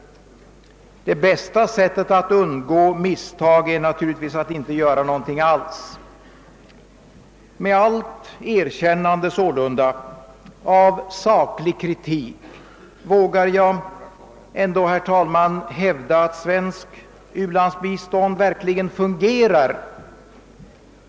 Det bästa sättet att undgå misstag är naturligtvis att inte göra någonting alls. Med allt erkännande av saklig kritik vågar jag ändå, herr talman, hävda att svenskt u-landsbistånd verkligen fungerar.